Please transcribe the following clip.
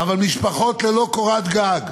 אבל משפחות ללא קורת גג,